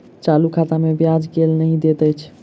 चालू खाता मे ब्याज केल नहि दैत अछि